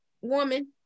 woman